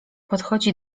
podchodzi